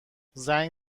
زنگ